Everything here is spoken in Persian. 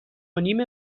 نیم